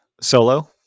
solo